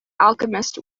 alchemist